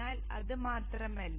എന്നാൽ അത് മാത്രമല്ല